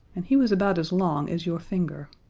and he was about as long as your finger.